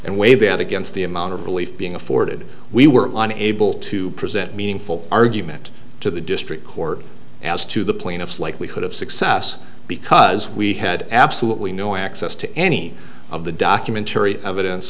and waive and against the amount of relief being afforded we were able to present meaningful argument to the district court as to the plaintiff's likelihood of success because we had absolutely no access to any of the documentary evidence